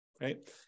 right